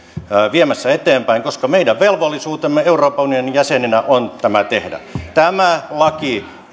viemässä eteenpäin koska meidän velvollisuutemme euroopan unionin jäsenenä on tämä tehdä tämä laki